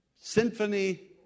Symphony